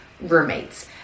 roommates